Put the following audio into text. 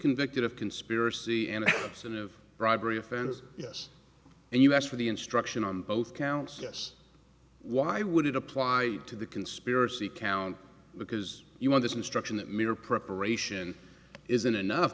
convicted of conspiracy any sort of bribery offense yes and you ask for the instruction on both counts yes why would it apply to the conspiracy count because you want this instruction that mere preparation isn't enough